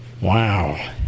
Wow